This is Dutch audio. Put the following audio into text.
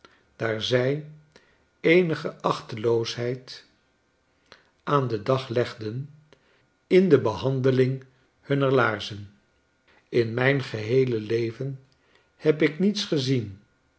daar zij eenige achteloosheid aan den dag legden in de behandeling hunner laarzen in mijn geheele leven heb ik niets gezien